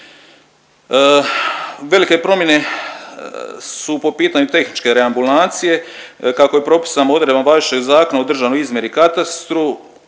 Velike promjene su po pitanju tehničke reambulacije kako je propisano odredbom važećeg Zakona o državnoj izmjeri i katastru